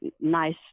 nice